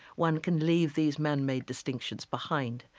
one can leave these manmade distinctions behind.